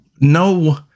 no